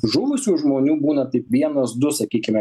žuvusių žmonių būna taip vienas du sakykime